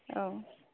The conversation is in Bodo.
औ